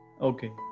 Okay